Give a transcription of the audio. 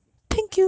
开什么心